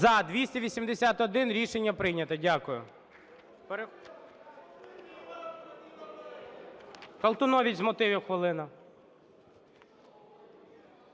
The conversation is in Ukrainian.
За-281 Рішення прийнято. Дякую.